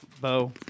Bo